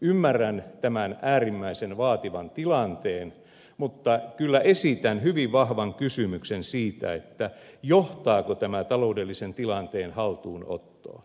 ymmärrän tämän äärimmäisen vaativan tilanteen mutta kyllä esitän hyvin vahvan kysymyksen siitä johtaako tämä taloudellisen tilanteen haltuunottoa